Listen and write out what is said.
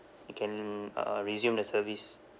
they can uh resume the service